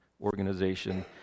organization